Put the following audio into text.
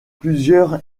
plusieurs